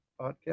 podcast